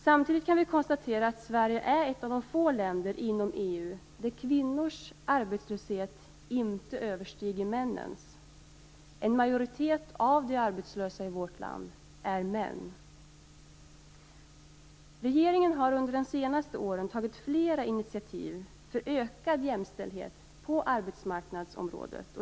Samtidigt kan vi konstatera att Sverige är ett av de få länder inom EU där kvinnors arbetslöshet inte överstiger männens. En majoritet av de arbetslösa i vårt land är män. Regeringen har under de senaste åren tagit flera initiativ för ökad jämställdhet på arbetsmarknadsområdet.